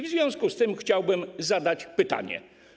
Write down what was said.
W związku z tym chciałbym zadać pytanie.